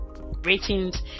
ratings